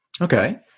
Okay